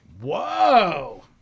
Whoa